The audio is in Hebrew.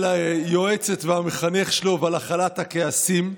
עם היועצת והמחנך שלו, על הכלת הכעסים.